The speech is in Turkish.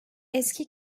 eski